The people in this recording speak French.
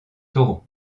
taureaux